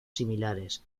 similares